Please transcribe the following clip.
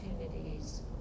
opportunities